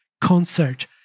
concert